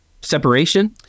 separation